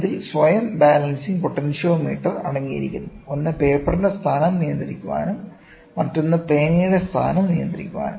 അതിൽ സ്വയം balancing potentiometer അടങ്ങിയിരിക്കുന്നു ഒന്ന് പേപ്പറിന്റെ സ്ഥാനം നിയന്ത്രിക്കാനും മറ്റൊന്ന് പേനയുടെ സ്ഥാനം നിയന്ത്രിക്കാനും